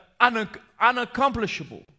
unaccomplishable